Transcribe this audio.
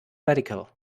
radical